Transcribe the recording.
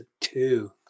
two